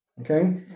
Okay